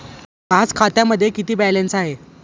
आज खात्यामध्ये किती बॅलन्स आहे?